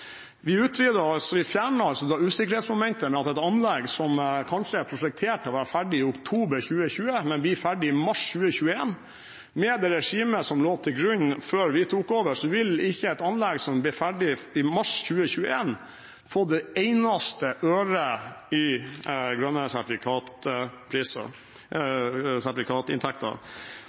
Vi fjerner altså usikkerhetsmomentet for et anlegg som kanskje er prosjektert til å være ferdig i oktober i 2020, men som blir ferdig i mars 2021. Med det regimet som lå til grunn før vi tok over, ville ikke et anlegg som ble ferdig i mars 2021, fått en eneste øre i grønne